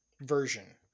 version